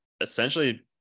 essentially